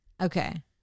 Okay